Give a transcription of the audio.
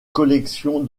collection